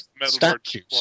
statues